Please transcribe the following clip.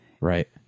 Right